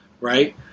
right